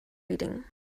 reading